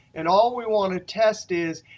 and all we want to test is,